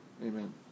Amen